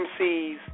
MCs